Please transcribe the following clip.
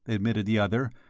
admitted the other,